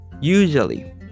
usually